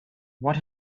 what